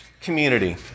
community